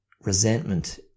resentment